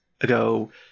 ago